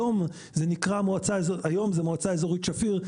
היום זה מועצה אזורית שפיר,